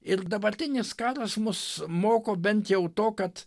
ir dabartinis karas mus moko bent jau to kad